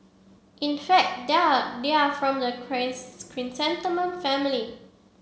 in fact they are they are from the chrysanthemum family